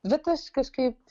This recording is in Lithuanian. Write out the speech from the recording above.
bet aš kažkaip